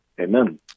Amen